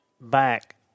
back